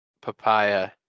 papaya